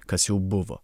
kas jau buvo